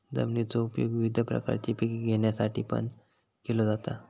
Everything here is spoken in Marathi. जमिनीचो उपयोग विविध प्रकारची पिके घेण्यासाठीपण केलो जाता